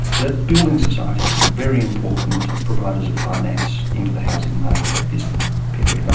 the building societies were very important providers of finance into the housing market at this period, um